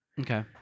Okay